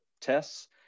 tests